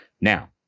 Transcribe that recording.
Now